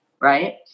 Right